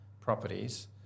properties